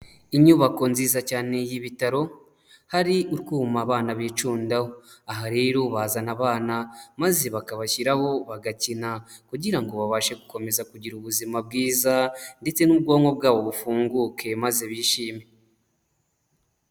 Inyubako nziza cyane y'ibitaro hari utwuma abana bicundaho, aha rero bazana abana maze bakabashyiraho bagakina, kugira ngo babashe gukomeza kugira ubuzima bwiza, ndetse n'ubwonko bwabo bufunguke maze bishime.